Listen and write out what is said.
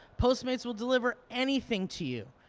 postmates will deliver anything to you.